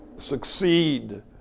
Succeed